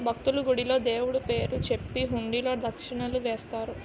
భక్తులు, గుడిలో దేవుడు పేరు చెప్పి హుండీలో దక్షిణలు వేస్తారు